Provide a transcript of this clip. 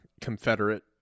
Confederate